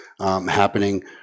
happening